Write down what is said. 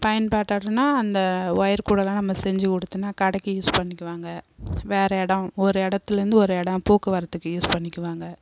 பயன்பாட்டோடனால் அந்த ஒயர் கூடைலாம் நம்ம செஞ்சு கொடுத்தோன்னா கடைக்கு யூஸ் பண்ணிக்குவாங்க வேறு இடம் ஒரு இடத்துலேந்து ஒரு இடம் போக்குவரத்துக்கு யூஸ் பண்ணிக்குவாங்க